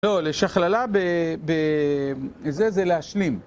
לא, לשכללה בזה זה להשלים